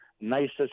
nicest